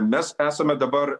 mes esame dabar